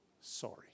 Sorry